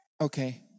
okay